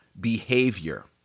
behavior